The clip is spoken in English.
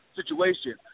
situation